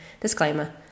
Disclaimer